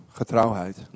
getrouwheid